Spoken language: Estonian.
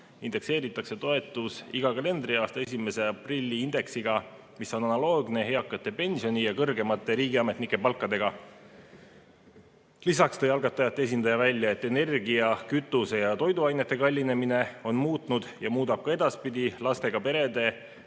indekseeritakse toetus iga kalendriaasta 1. aprilliks indeksiga, mis on analoogne eakate pensioni ja kõrgemate riigiametnike palkadega. Lisaks tõi algatajate esindaja välja, et energia, kütuse ja toiduainete kallinemine on muutnud ja muudab ka edaspidi lastega perede